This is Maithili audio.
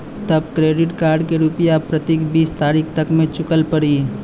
तब क्रेडिट कार्ड के रूपिया प्रतीक बीस तारीख तक मे चुकल पड़ी?